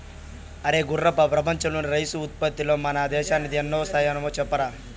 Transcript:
అరే గుర్రప్ప ప్రపంచంలో రైసు ఉత్పత్తిలో మన దేశానిది ఎన్నో స్థానమో చెప్పరా